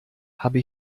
habe